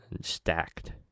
stacked